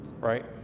Right